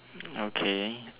okay